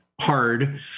hard